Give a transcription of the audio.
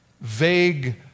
vague